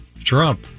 Trump